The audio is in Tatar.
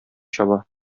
чаба